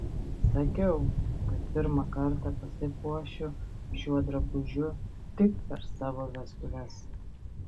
sakiau kad pirmą kartą pasipuošiu šiuo drabužiu tik per savo vestuves